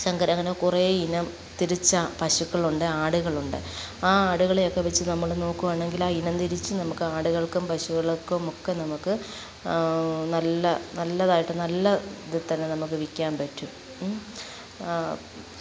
ശങ്കര അങ്ങനെ കുറേയിനം തിരിച്ച പശുക്കളുണ്ട് ആടുകളുണ്ട് ആ ആടുകളെയൊക്കെ വച്ച് നമ്മൾ നോക്കുകയാണെങ്കിൽ ആ ഇനം തിരിച്ച് നമുക്ക് ആടുകൾക്കും പശുകൾക്കും ഒക്കെ നമുക്ക് നല്ല നല്ലതായിട്ട് നല്ല ഇതിൽത്തന്നെ നമുക്ക് വിൽക്കാൻ പറ്റും